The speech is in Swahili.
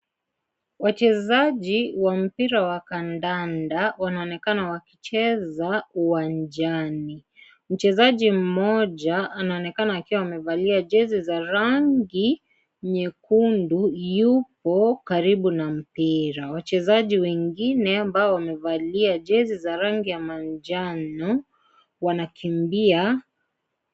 Wachezaji wa mpira wa kandanda wanaonekana wakicheza uwanjani . Mchezaji mmoja anaonekana akiwa amevalia jezi za rangi nyekundu yupo karibu na mpira. Wachezaji wengine ambao wamevalia jezi za rangi ya manjano wanakimbia.